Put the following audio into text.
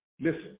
listen